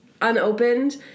unopened